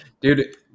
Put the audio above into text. Dude